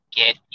get